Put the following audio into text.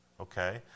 Okay